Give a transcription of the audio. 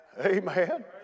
Amen